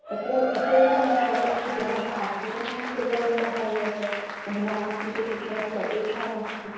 तत्र इतोपि मया श्रुतं यद् जनः आन्दोलनं कृतवन्तः यत् महिलानां कृते शिक्षणस्य अपेक्षा नास्ति